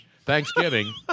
Thanksgiving